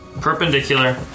Perpendicular